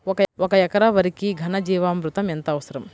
ఒక ఎకరా వరికి ఘన జీవామృతం ఎంత అవసరం?